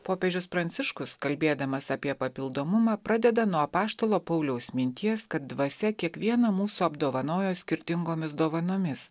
popiežius pranciškus kalbėdamas apie papildomumą pradeda nuo apaštalo pauliaus minties kad dvasia kiekvieną mūsų apdovanojo skirtingomis dovanomis